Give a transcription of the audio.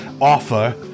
offer